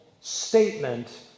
statement